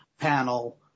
panel